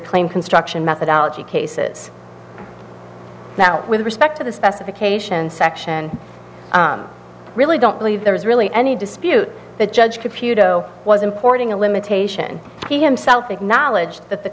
claim construction methodology cases now with respect the specifications section really don't believe there is really any dispute the judge computer oh was importing a limitation he himself acknowledged that the